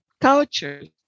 cultures